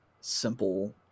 simple